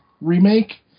remake